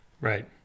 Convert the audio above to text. Right